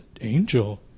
angel